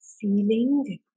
feeling